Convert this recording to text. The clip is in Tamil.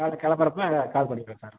நாளைக்கு கிளம்பறப்ப கால் பண்ணிட்டு வரேன் சார்